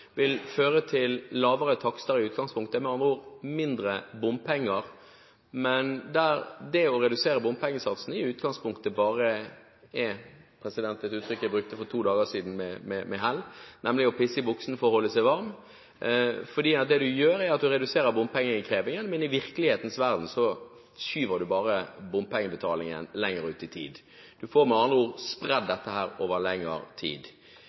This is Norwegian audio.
vil føre til lavere takster i utgangspunktet. Man får mindre bompenger, men det å redusere bompengesatsene er i utgangspunktet bare «å tisse i buksen for å holde seg varm» – et uttrykk jeg brukte for to dager siden med hell – for det en gjør, er at en reduserer bompengeinnkrevingen, men i virkelighetens verden skyver en bare bompengebetalingen lenger ut i tid. En får med andre ord spredd dette over lengre tid.